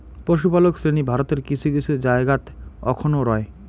পশুপালক শ্রেণী ভারতের কিছু কিছু জায়গাত অখনও রয়